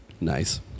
Nice